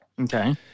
Okay